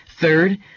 Third